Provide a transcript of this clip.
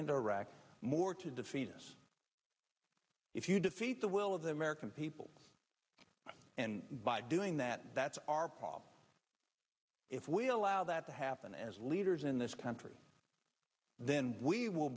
into iraq more to defeat us if you defeat the will of the american people and by doing that that's our problem if we allow that to happen as leaders in this country then we w